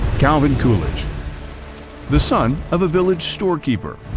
calvin coolidge the son of a village storekeeper,